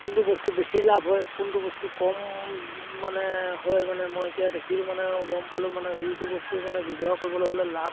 কোনটো বস্তু বেছি লাভ হয় কোনটো বস্তুত কম মানে হয় মানে মই এতিয়া দেখিলোঁ মানে গম পালোঁ মানে যিটো বস্তু মানে ব্যৱহাৰ কৰিবলৈ হ'লে লাভ